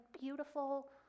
beautiful